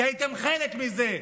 כי הייתם חלק מזה,